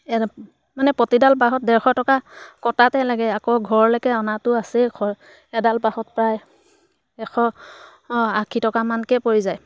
add মানে প্ৰতিডাল বাঁহত ডেৰশ টকা কটাতে লাগে আকৌ ঘৰলৈকে অনাটো আছেই খৰচ এডাল বাঁহত প্ৰায় এশ আশী টকামানকৈ পৰি যায়